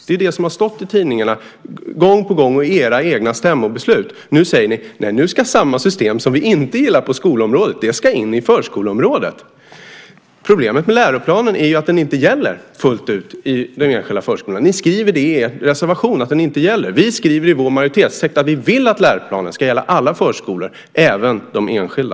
Det har stått i tidningarna gång på gång och i era egna stämmobeslut. Nu säger ni att samma system som ni inte gillar på skolområdet ska in på förskoleområdet. Problemet med läroplanen är ju att den inte gäller fullt ut i den enskilda förskolan. Ni skriver i er reservation att den inte gäller. Vi skriver i vår majoritetstext att vi vill att läroplanen ska gälla alla förskolor, även de enskilda.